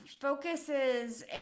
focuses